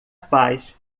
paz